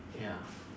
ya